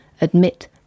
admit